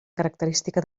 característica